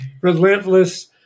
Relentless